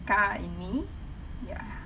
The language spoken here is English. scar in me ya